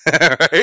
right